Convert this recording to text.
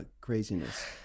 craziness